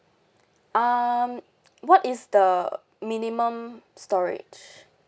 um what is the minimum storage